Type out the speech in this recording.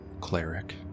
cleric